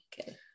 Okay